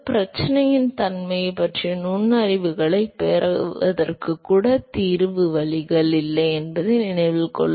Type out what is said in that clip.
பிரச்சனையின் தன்மையைப் பற்றிய நுண்ணறிவுகளைப் பெறுவதற்கு கூட தீர்க்க வழிகள் இல்லை என்பதை நினைவில் கொள்க